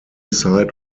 side